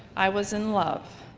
i was in love.